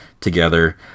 together